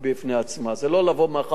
זה לא לבוא מחר עם ספריי,